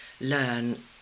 learn